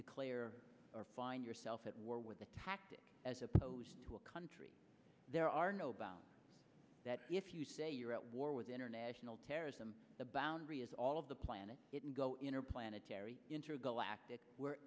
declare or find yourself at war with a tactic as opposed to a country there are no bout that if you say you're at war with international terrorism the boundary is all of the planet go interplanetary intergalactic where